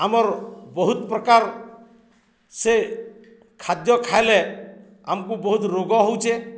ଆମର ବହୁତ ପ୍ରକାର ସେ ଖାଦ୍ୟ ଖାଇଲେ ଆମକୁ ବହୁତ ରୋଗ ହଉଛେ